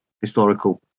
historical